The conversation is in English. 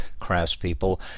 craftspeople